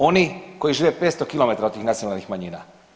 Oni koji žive 500 km od nacionalnih manjina.